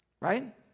Right